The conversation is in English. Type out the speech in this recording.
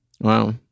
Wow